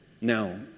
now